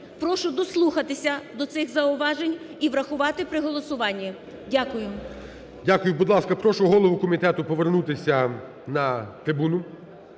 Прошу дослухатися до цих зауважень і врахувати при голосуванні. Дякую. ГОЛОВУЮЧИЙ. Дякую. Будь ласка, прошу голову комітету повернутися на трибуну.